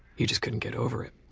he just couldn't get over it.